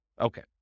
Okay